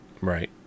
Right